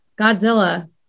Godzilla